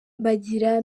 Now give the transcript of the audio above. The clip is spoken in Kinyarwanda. bagira